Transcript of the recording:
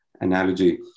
analogy